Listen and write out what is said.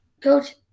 Coach